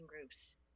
groups